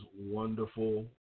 wonderful